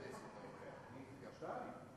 כן.